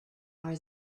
are